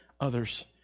others